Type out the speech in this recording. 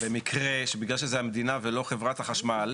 במקרה שבגלל שזה מדינה ולא חברת החשמל,